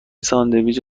ساندویچ